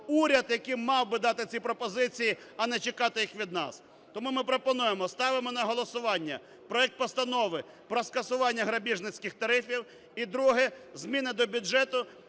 уряд, який мав би дати ці пропозиції, а не чекати їх від нас. Тому ми пропонуємо ставимо на голосування проект Постанови про скасування грабіжницьких тарифів. І друге. Зміни до бюджету,